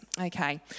Okay